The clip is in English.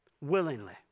Willingly